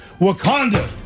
Wakanda